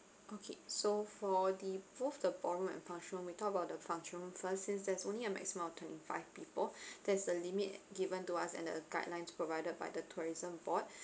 okay so for the both the ballroom and function room we talk about the function room first since there's only a maximum of twenty five people that's the limit given to us and the guidelines provided by the tourism board